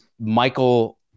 Michael